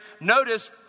notice